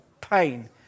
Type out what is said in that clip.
pain